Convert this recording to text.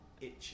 Itchy